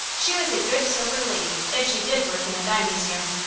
she was a good, sober lady, if she did work in a dime museum.